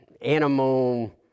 animal